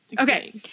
Okay